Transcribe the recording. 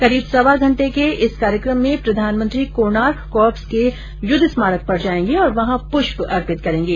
करीब सवा घंटे के इस कार्यक्रम में प्रधानमंत्री कोणार्क कॉर्प्स के युद्ध स्मारक पर जाएंगे और वहां पुष्प अर्पित करेंगे